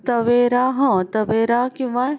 Tavera हं Tavera किंवा